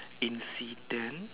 incident